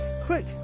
quick